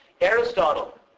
Aristotle